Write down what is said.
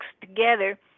together